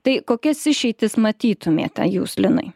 tai kokias išeitis matytumėte jūs linai